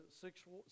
sexual